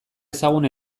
ezagun